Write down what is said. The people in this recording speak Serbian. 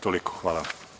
Toliko, hvala.